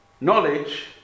knowledge